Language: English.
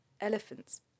elephants